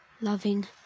loving